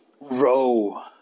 row